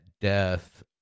death